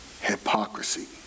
hypocrisy